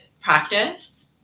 practice